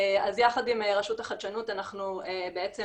אז יחד עם רשות החדשנות אנחנו בעצם